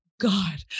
God